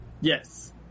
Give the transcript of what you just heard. Yes